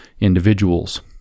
individuals